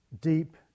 deep